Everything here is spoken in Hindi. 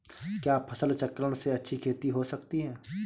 क्या फसल चक्रण से अच्छी खेती हो सकती है?